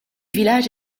village